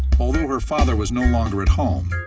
although her father was no longer at home,